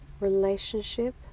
relationship